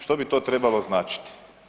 Što bi to trebalo značiti?